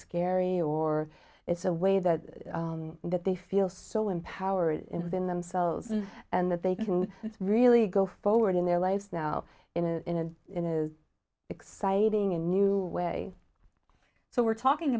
scary or it's a way that that they feel so empowered within themselves and that they can really go forward in their life now in and it is exciting a new way so we're talking